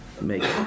make